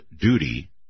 duty